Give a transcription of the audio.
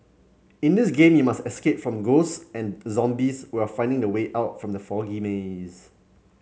in this game you must escape from ghost and zombies while finding the way out from the foggy maze